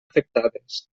afectades